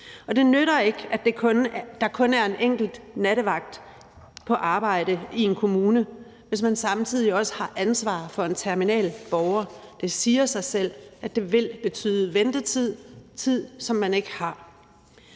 Det nytter ikke, at der kun er en enkelt nattevagt på arbejde i en kommune, hvis man samtidig også har ansvaret for en terminal borger. Det siger sig selv, at det vil betyde ventetid – tid, som man ikke har.